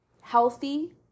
healthy